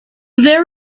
there